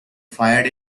fired